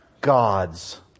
God's